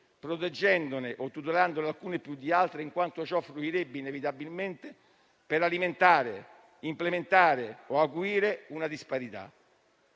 proteggendone o tutelandone alcune più di altre, in quanto ciò finirebbe inevitabilmente per alimentare, implementare o acuire una disparità.